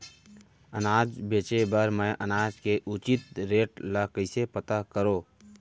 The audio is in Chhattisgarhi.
अनाज बेचे बर मैं अनाज के उचित रेट ल कइसे पता करो?